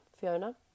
Fiona